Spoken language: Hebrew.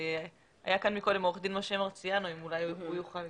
היה כאן קודם עו"ד משה מרציאנו ואולי הוא יוכל